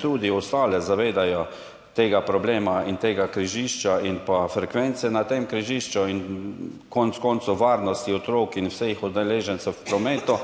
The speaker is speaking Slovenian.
tudi ostale občine zavedajo tega problema in tega križišča ter frekvence na tem križišču in konec koncev varnosti otrok in vseh udeležencev v prometu.